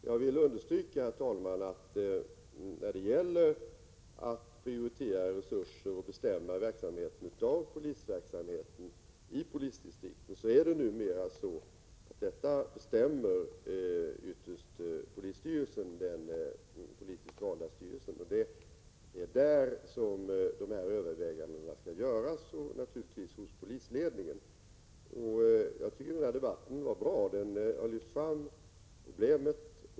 Jag vill, herr talman, understryka att prioriteringen av resurser för verksamheter i polisdistrikten numera ytterst bestäms av den politiskt valda polisstyrelsen. Det är där som övervägandena skall göras, samt naturligtvis hos polisledningen. Jag tycker att den här debatten har varit bra. Den har lyft fram problemet.